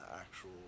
actual